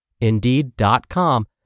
Indeed.com